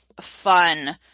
fun